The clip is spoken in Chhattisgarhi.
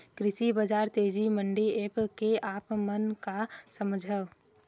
कृषि बजार तेजी मंडी एप्प से आप मन का समझथव?